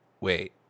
wait